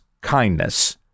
kindness